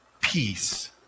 peace